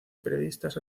periodistas